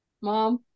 Mom